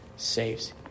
saves